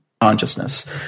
Consciousness